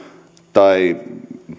tai